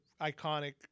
iconic